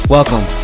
Welcome